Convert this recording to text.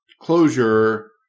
closure